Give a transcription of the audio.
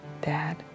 dad